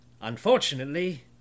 unfortunately